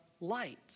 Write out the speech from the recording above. light